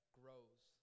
grows